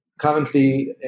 Currently